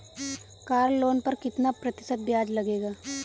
Car loan पर कितना प्रतिशत ब्याज लगेगा?